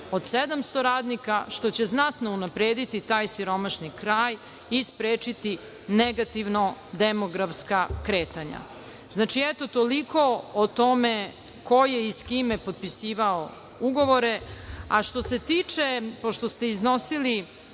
od 700 radnika što će znatno unaprediti taj siromašni kraj i sprečiti negativno-demografska kretanja. Znači, eto toliko o tome ko je i sa kime potpisivao ugovore.A što se tiče, pošto ste iznosili